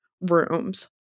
rooms